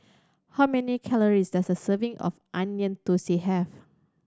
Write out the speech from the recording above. how many calories does a serving of Onion Thosai have